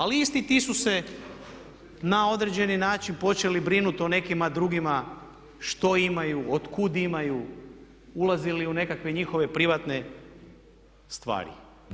Ali isti ti su se na određeni način počeli brinuti o nekima drugima što imaju, otkuda imaju, ulazili u nekakve njihove privatne stvari.